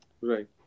Right